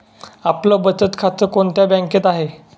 आपलं बचत खातं कोणत्या बँकेत आहे?